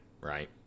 right